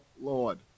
Lord